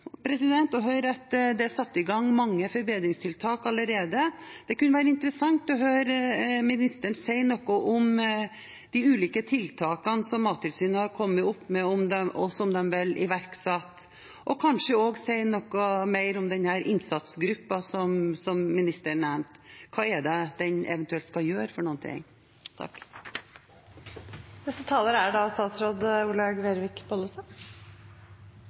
høre at det er satt i gang mange forbedringstiltak allerede. Det kunne være interessant å høre ministeren si noe om de ulike tiltakene som Mattilsynet har kommet opp med og vil iverksette, og kanskje også noe mer om denne innsatsgruppen som hun nevnte: Hva er det den eventuelt skal gjøre? Takk til interpellanten for veldig konkrete spørsmål. En av de tingene som rapporten er